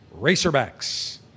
racerbacks